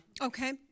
Okay